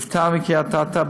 אבטין וקריית אתא,